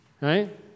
Right